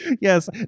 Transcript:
Yes